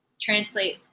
translate